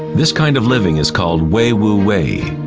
this kind of living is called wei wu wei